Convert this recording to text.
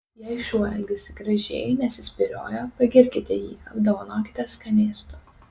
jei šuo elgiasi gražiai nesispyrioja pagirkite jį apdovanokite skanėstu